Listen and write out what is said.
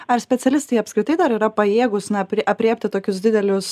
ar specialistai apskritai dar yra pajėgūs na aprė aprėpti tokius didelius